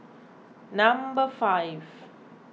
number five